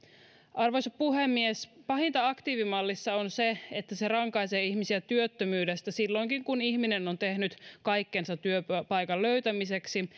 arvoisa puhemies pahinta aktiivimallissa on se että se rankaisee ihmisiä työttömyydestä silloinkin kun ihminen on tehnyt kaikkensa työpaikan löytämiseksi